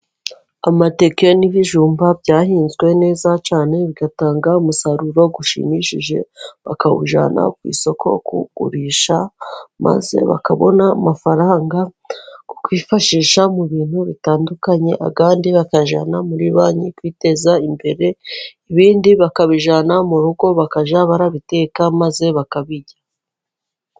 Amateke n'ibijumba byahinzwe neza cyane bigatanga umusaruro ushimishije bakawujyana ku isoko kugurisha, maze bakabona amafaranga kukwifashisha mu bintu bitandukanye, andi bakayajyana muri banki kwiteza imbere. Ibindi bakabijyana mu rugo bakajya barabiteka maze bakabirya.